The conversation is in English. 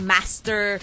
Master